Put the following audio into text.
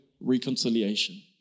reconciliation